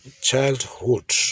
childhood